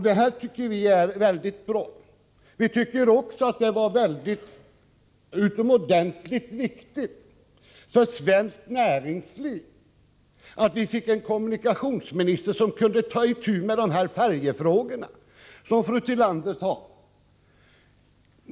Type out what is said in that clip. Detta tycker vi är mycket bra. Vi tycker också att det var utomordentligt viktigt för svenskt näringsliv att vi fick en kommunikationsminister som kan ta itu med färjefrågorna, som fru Tillander talade om.